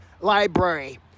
Library